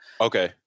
Okay